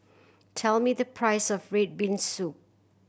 tell me the price of red bean soup